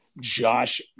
Josh